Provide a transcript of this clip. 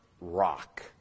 rock